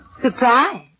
Surprise